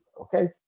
Okay